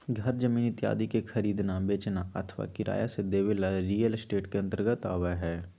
घर जमीन इत्यादि के खरीदना, बेचना अथवा किराया से देवे ला रियल एस्टेट के अंतर्गत आवा हई